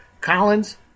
Collins